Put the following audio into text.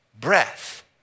breath